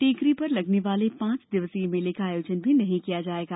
टेकरी पर लगने वाला पांच दिवसीय मेले का आयोजन भी नहीं किया जायेगा